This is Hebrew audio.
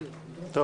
זה.